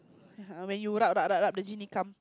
yeah when rub rub rub rub the genie come